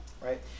Right